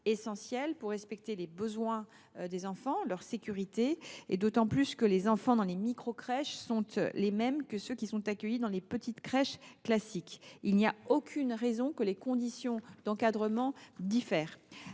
essentielles pour respecter les besoins des enfants et assurer leur sécurité. En effet, les enfants accueillis dans les microcrèches étant les mêmes que ceux qui sont accueillis dans les petites crèches classiques, il n’y a aucune raison que les conditions d’encadrement diffèrent.